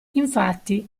infatti